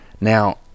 Now